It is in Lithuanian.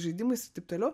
žaidimais taip toliau